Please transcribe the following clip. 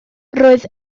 roedd